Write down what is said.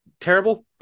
terrible